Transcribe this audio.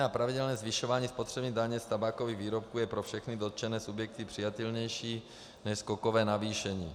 Mírné a pravidelné zvyšování spotřební daně z tabákových výrobků je pro všechny dotčené subjekty přijatelnější než skokové navýšení.